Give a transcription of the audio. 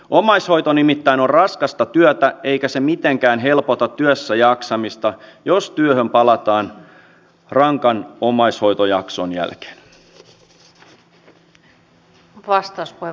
omaishoito nimittäin on raskasta työtä eikä se mitenkään helpota työssäjaksamista jos työhön palataan rankan omaishoitojakson jälkeen